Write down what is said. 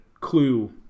clue